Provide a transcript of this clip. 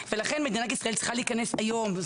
ולכן מדינת ישראל צריכה להיכנס היום,